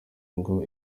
ngo